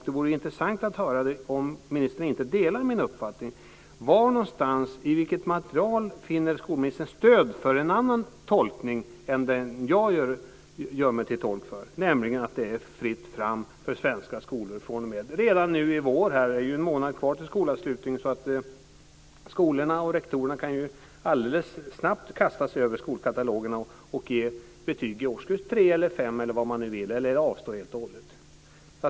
Det vore intressant att höra om ministern inte delar min uppfattning. I vilket material finner skolministern stöd för en annan tolkning än den jag gör, nämligen att det är fritt fram för svenska skolor att redan fr.o.m. i vår ge betyg? Det är någon månad kvar till skolavslutning, så skolorna och rektorerna kan snabbt kasta sig över skolkatalogerna och ge betyg i årskurs 3 eller 5 eller avstå helt och hållet.